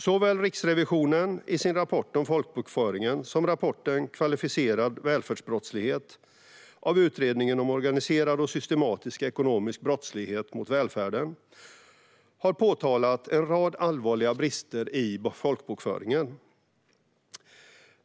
Såväl Riksrevisionen, i sin rapport Folkbokföringen - ett kvalitetsarbete i uppförsbacke , som Utredningen om organiserad och systematisk ekonomisk brottslighet mot välfärden, i betänkandet Kvalificerad välfärdsbrottslighet , har påtalat en rad allvarliga brister i folkbokföringen.